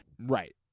Right